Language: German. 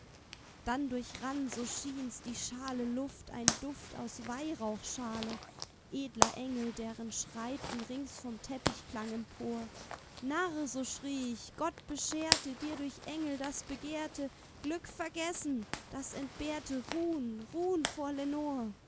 dann durchrann so schien's die schale luft ein duft aus weihrauchschale edler engel deren schreiten rings vom teppich klang empor narr so schrie ich gott bescherte dir durch engel das begehrte glück vergessen das entbehrte ruhen